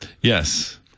Yes